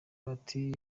bahati